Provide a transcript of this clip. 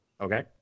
Okay